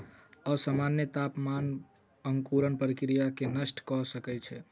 असामन्य तापमान अंकुरण प्रक्रिया के नष्ट कय सकै छै